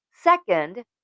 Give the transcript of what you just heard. Second